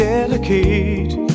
Delicate